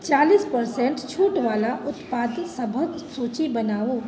चालीस प्रतिशत छूटवला उत्पादसबके सूची बनाउ